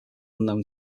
unknown